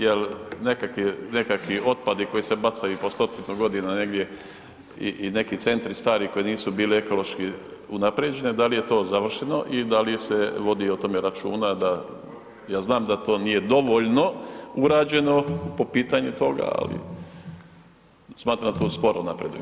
Jel nekakvi, nekakvi otpadi koji se bacaju po stotinu godina negdje i, i neki centri stari koji nisu bili ekološki unaprijeđeni, da li je to završeno i da li se vodi o tome računa da, ja znam da to nije dovoljno urađeno po pitanju toga, ali smatram da to sporo napreduje.